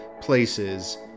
places